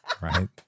Right